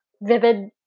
vivid